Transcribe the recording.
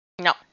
No